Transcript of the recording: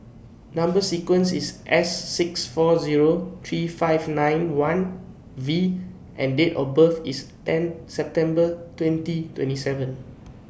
Number sequence IS S six four Zero three five nine one V and Date of birth IS ten September twenty twenty seven